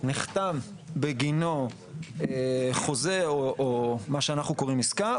נחתם בגינו חוזה או מה שאנחנו קוראים עסקה,